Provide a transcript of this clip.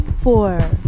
four